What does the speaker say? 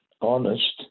honest